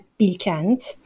Bilkent